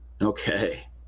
okay